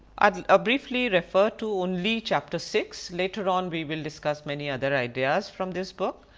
i'll ah briefly refer to only chapter six. later on we will discuss many other ideas from this book,